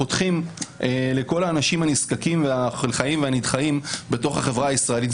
פתוחים לכל האנשים הנזקקים והחלכאים והנדכאים בתוך החברה הישראלית.